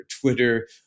Twitter